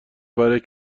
برای